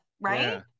right